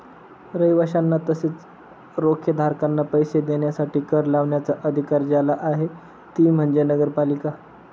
रहिवाशांना तसेच रोखेधारकांना पैसे देण्यासाठी कर लावण्याचा अधिकार ज्याला आहे ती म्हणजे नगरपालिका